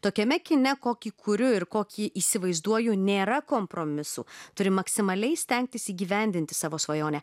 tokiame kine kokį kuriu ir kokį jį įsivaizduoju nėra kompromisų turi maksimaliai stengtis įgyvendinti savo svajonę